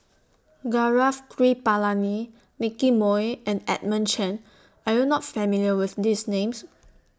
Gaurav Kripalani Nicky Moey and Edmund Chen Are YOU not familiar with These Names